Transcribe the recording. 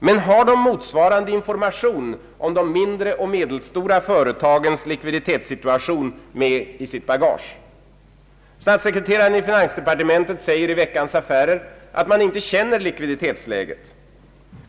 Men har de motsvarande information om de mindre och medelstora företagens likviditetssituation med i sitt bagage? Statssekreteraren i finansdepartementet säger i Veckans Affärer att man inte känner till likvditetsläget.